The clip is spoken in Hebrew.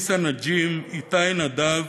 מיסא נג'ם, איתי נדב,